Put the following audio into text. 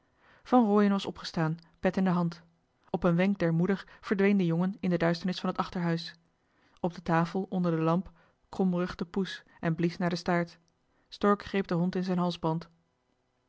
van rooien was opgestaan pet in de hand op een wenk der moeder verdween de jongen in de duisternis van het achterhuis op de tafel onder de lamp kromrugde poes en blies naar de staart stork greep den hond in zijn halsband